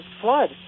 flood